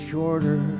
Shorter